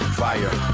fire